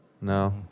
No